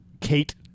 Kate